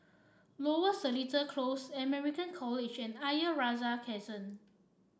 Lower Seletar Close American College and Ayer Rajah Crescent